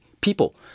People